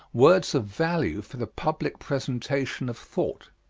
words of value for the public presentation of thought.